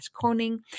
Koning